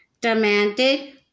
demanded